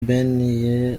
ben